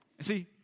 See